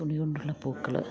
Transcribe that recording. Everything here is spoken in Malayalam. തുണികൊണ്ടുള്ള പൂക്കൾ